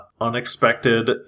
unexpected